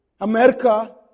America